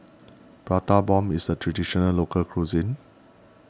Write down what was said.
Prata Bomb is a Traditional Local Cuisine